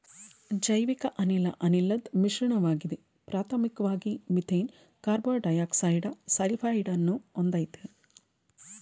ಜೈವಿಕಅನಿಲ ಅನಿಲದ್ ಮಿಶ್ರಣವಾಗಿದೆ ಪ್ರಾಥಮಿಕ್ವಾಗಿ ಮೀಥೇನ್ ಕಾರ್ಬನ್ಡೈಯಾಕ್ಸೈಡ ಸಲ್ಫೈಡನ್ನು ಹೊಂದಯ್ತೆ